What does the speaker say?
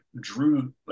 Drew